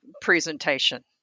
presentation